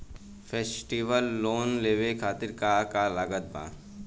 Festival loan लेवे खातिर का का लागत बा?